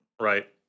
Right